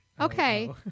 Okay